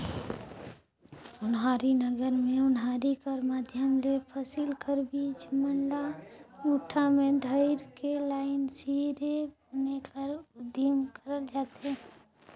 ओनारी नांगर मे ओनारी कर माध्यम ले फसिल कर बीज मन ल मुठा मे धइर के लाईन सिरे बुने कर उदिम करल जाथे